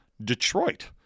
Detroit